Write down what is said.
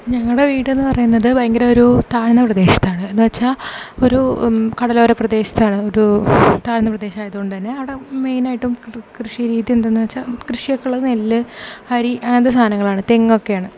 ഞങ്ങളുടെ വീട് എന്ന് പറയുന്നത് ഭയങ്കര ഒരു താഴ്ന്ന പ്രദേശത്താണ് എന്ന് വച്ചാൽ ഒരു കടലോര പ്രദേശത്താണ് ഒരു താഴ്ന്ന പ്രദേശമായത് കൊണ്ട് തന്നെ അവിടെ മെയിനായിട്ടും കൃഷി രീതി എന്തെന്ന് വച്ചാൽ കൃഷി ഒക്കെ ഉള്ളത് നെല്ല് അരി അങ്ങനത്തെ സാധനങ്ങളാണ് തെങ്ങ് ഒക്കെയാണ്